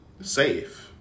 safe